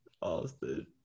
Austin